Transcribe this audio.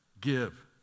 give